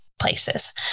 places